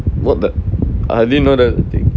what the I didn't know that was a thing